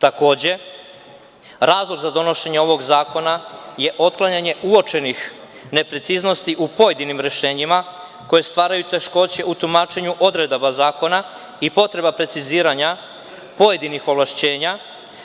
Takođe, razlog za donošenje ovog zakona je otklanjanje uočenih nepreciznosti u pojedinim rešenjima koje stvaraju teškoće u tumačenju odredaba zakona i potreba preciziranja pojedinih ovlašćenja